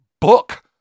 book